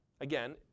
again